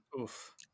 Oof